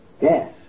Yes